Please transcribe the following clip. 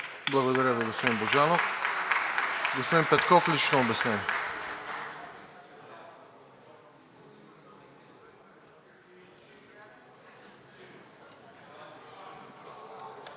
Благодаря Ви, господин Божанов. Господин Петков за лично обяснение.